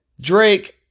Drake